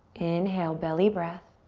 inhale, belly breath.